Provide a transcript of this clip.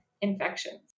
infections